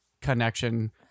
connection